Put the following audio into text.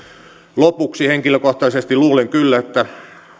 lopuksi henkilökohtaisesti luulen kyllä että